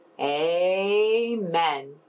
amen